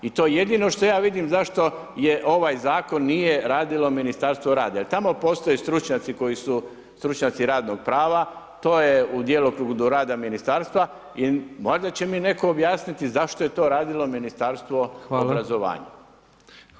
I to je jedino što ja vidim zašto ovaj zakon nije radilo Ministarstvo rada jer tamo postoje stručnjaci koji su stručnjaci radnog prava, to je u djelokrugu u rada ministarstva i možda će mi netko objasniti zašto je to radilo Ministarstvo obrazovanja.